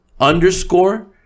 underscore